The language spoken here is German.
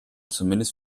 zumindest